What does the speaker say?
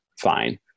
Fine